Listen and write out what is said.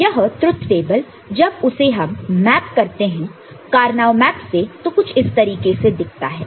तो यह truth table जब उसे हम मैप करते हैं कार्नो मैप से तो कुछ इस तरीके से दिखता है